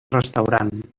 restaurant